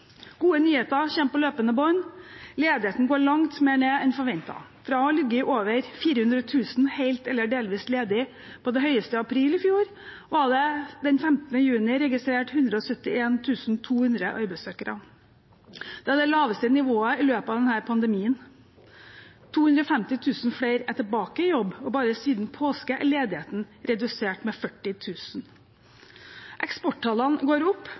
Gode nyheter kommer på løpende bånd: Ledigheten går langt mer ned enn forventet. Fra å ha ligget på over 400 000 helt eller delvis ledige på det høyeste, i april i fjor, var det den 15. juni registrert 171 200 arbeidssøkere. Det er det laveste nivået i løpet av pandemien. 250 000 flere er tilbake i jobb, og bare siden påske er ledigheten blitt redusert med 40 000. Eksporttallene går opp.